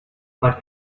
but